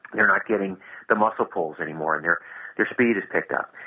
they are not getting the muscle pulls anymore and their their speed has picked up,